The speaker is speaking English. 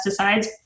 pesticides